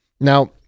Now